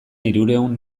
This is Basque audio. hirurehun